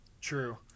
True